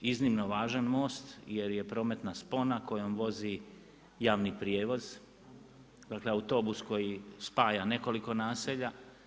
Iznimno važan most jer je prometna spona kojom vozi javni prijevoz, dakle autobus koji spaja nekoliko naselja.